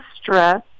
stress